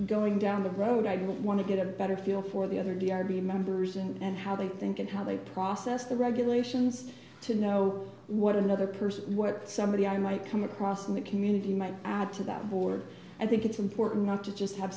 going down the road i'd want to get a better feel for the other d r v members and how they think and how they process the regulations to know what another person what somebody i might come across in the community might add to that board i think it's important not to just have